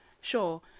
Sure